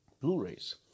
Blu-rays